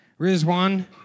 Rizwan